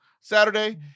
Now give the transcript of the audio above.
Saturday